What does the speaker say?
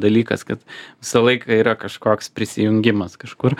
dalykas kad visą laiką yra kažkoks prisijungimas kažkur